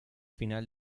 final